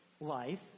life